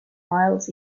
miles